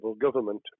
government